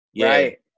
Right